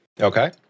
Okay